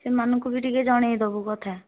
ସେମାନଙ୍କୁ ବି ଟିକିଏ ଜଣେଇଦେବୁ କଥା